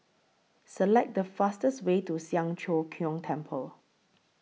Select The fastest Way to Siang Cho Keong Temple